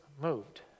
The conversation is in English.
moved